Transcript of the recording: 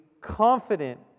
confident